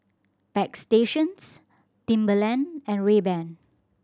Bagstationz Timberland and Rayban